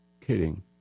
kidding